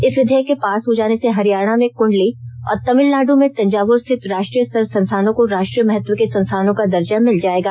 इस विधेयक के पास हो जाने से हरियाणा में कुंडली और तमिलनाडु में तंजावुर स्थित राष्ट्रीय स्तर संस्थानों को राष्ट्रीय महत्व के संस्थानों का दर्जा मिल जायेगा